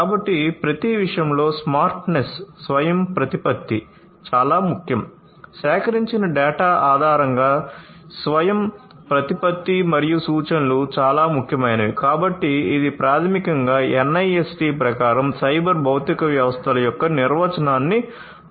కాబట్టి ప్రతి విషయంలో స్మార్ట్నెస్ స్వయంప్రతిపత్తి యొక్క నిర్వచనాన్ని పూర్తి చేస్తుంది